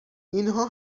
اینها